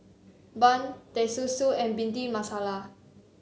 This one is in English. Bun Teh Susu and Bhindi Masala